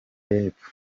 y’epfo